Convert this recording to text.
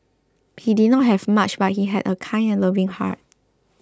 he did not have much but he had a kind and loving heart